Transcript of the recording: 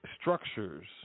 structures